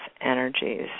energies